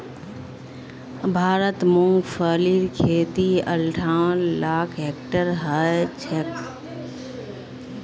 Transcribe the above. भारतत मूंगफलीर खेती अंठावन लाख हेक्टेयरत ह छेक